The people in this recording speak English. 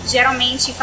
Geralmente